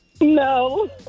No